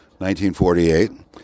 1948